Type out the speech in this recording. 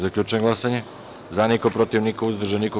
Zaključujem glasanje: za – niko, protiv – niko, uzdržanih – nema.